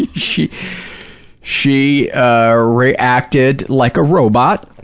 and she she ah reacted like a robot,